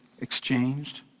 exchanged